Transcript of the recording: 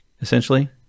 essentially